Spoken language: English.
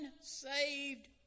saved